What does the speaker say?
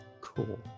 Cool